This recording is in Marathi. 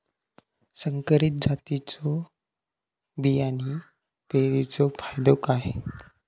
संकरित जातींच्यो बियाणी पेरूचो फायदो काय?